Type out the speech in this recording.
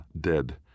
dead